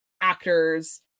actors